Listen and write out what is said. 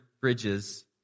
bridges